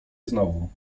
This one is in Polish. znowu